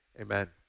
Amen